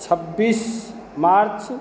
छब्बीस मार्च